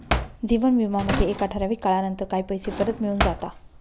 जीवन विमा मध्ये एका ठराविक काळानंतर काही पैसे परत मिळून जाता